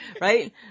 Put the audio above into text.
right